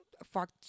fact